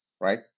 right